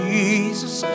Jesus